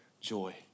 joy